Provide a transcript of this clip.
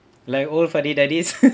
like old fuddy duddies